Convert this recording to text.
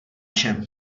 čem